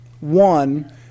One